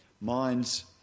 minds